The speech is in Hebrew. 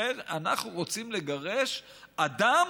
אנחנו רוצים לגרש אדם